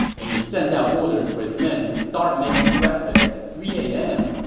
and he sent out orders for his men to start making breakfast at three a m.